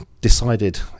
decided